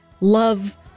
love